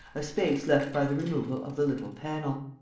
a space left by the removal of the little panel.